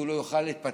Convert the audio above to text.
כך שהוא לא יוכל להתפתח